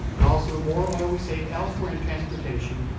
but also the moral, while we save elsewhere in transportation,